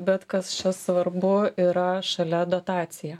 bet kas čia svarbu yra šalia dotacija